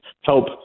help